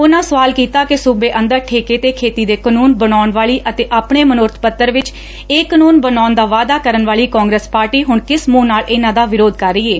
ਉਹਨਾਂ ਸੁਆਲ ਕੀਤਾ ਕਿ ਸੁਬੇ ਅੰਦਰ ਠੇਕੇ ਤੇ ਖੇਤੀ ਦੇ ਕਾਨੂੰਨ ਬਣਾਉਣ ਵਾਲੀ ਅਤੇ ਆਪਣੇ ਮਨੋਰਬ ਪੱਤਰ ਵਿਚ ਇਹ ਕਾਨੂੰਨ ਬਣਾਉਣ ਦਾ ਵਾਅਦਾ ਕਰਨ ਵਾਲੀ ਕਾਂਗਰਸ ਪਾਰਟੀ ਹੁਣ ਕਿਸ ਮੁੰਹ ਨਾਲ ਇਹਨਾਂ ਦਾ ਵਿਰੋਧ ਕਰ ਰਹੀ ਏ